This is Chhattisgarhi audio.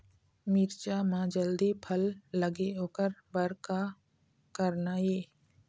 मिरचा म जल्दी फल लगे ओकर बर का करना ये?